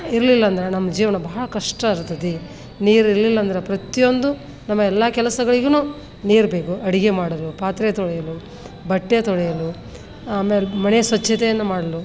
ಇರ್ಲಿಲ್ಲಂದ್ರೆ ನಮ್ಮ ಜೀವನ ಭಾಳ ಕಷ್ಟ ಆಕ್ತತಿ ನೀರಿರ್ಲಿಲ್ಲಂದ್ರೆ ಪ್ರತಿಯೊಂದು ನಮ್ಮ ಎಲ್ಲ ಕೆಲಸಗಳಿಗೂನು ನೀರು ಬೇಕು ಅಡುಗೆ ಮಾಡಲು ಪಾತ್ರೆ ತೊಳೆಯಲು ಬಟ್ಟೆ ತೊಳೆಯಲು ಆಮೇಲೆ ಮನೆಯ ಸ್ವಚ್ಛತೆಯನ್ನು ಮಾಡಲು